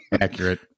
Accurate